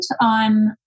on